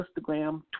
Instagram